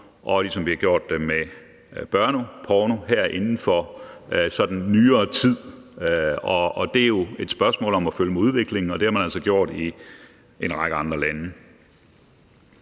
og ligesom vi har gjort det med børneporno her inden for nyere tid. Det er jo et spørgsmål om at følge med udviklingen, og det har man altså gjort i en række andre lande.